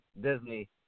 Disney